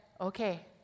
okay